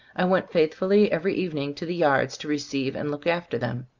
i went faithfully every evening to the yards to receive and look after them.